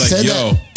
Yo